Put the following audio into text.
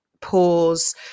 pause